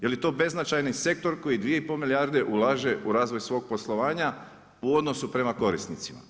Je li to beznačajni sektor koji 2,5 milijarde ulaže u razvoj svog poslovanja u odnosu prema korisnicima.